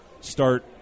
start